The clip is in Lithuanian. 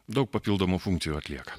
daug papildomų funkcijų atlieka